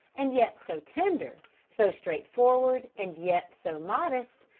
and yet so tender so straightforward, and yet so modest,